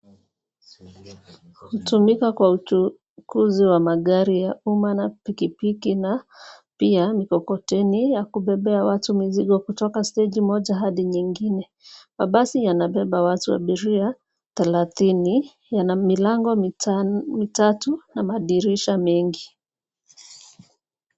Hutumika kwa uchukuzi wa magari ya umma na pikipiki na pia mikokoteni ya kubebea watu mizigo kutoka steji moja hadi nyingine. Mabasi yanabeba watu, abiria thelathini yana milango mitatu na madirisha mengi.